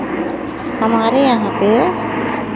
हमारे यहाँ पे